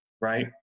right